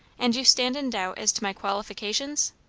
and you stand in doubt as to my qualifications?